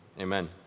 amen